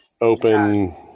open